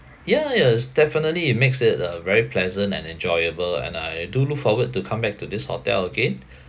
yeah yeah is definitely it makes it a very pleasant and enjoyable and I do look forward to come back to this hotel again